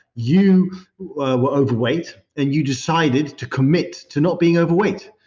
you were overweight and you decided to commit to not being overweight.